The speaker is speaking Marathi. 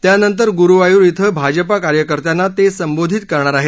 त्यानंतर गुरुवायूर िक्रि भाजप कार्यकर्त्यांना ते संबोधित करणार आहेत